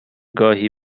گاهی